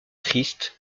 christ